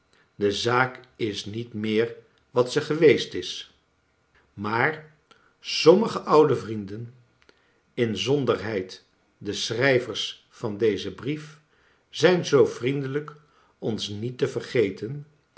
de zaak is niet meer wat ze geweest is maar somrnige onde vrienden inzonderheid de schrijvers van dezen brief zijn zoo vriendelijk ons niet te verge